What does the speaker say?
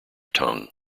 tongue